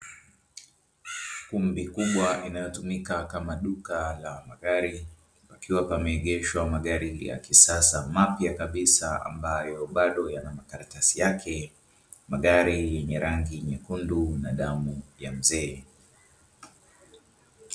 Kumbi kubwa inayotumika kama duka la magari pakiwa pameegeshwa magari ya kisasa mapya kabisa ambayo bado yana makaratasi yake, magari yenye rangi nyekundu na damu ya mzee.